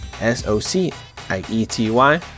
s-o-c-i-e-t-y